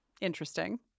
interesting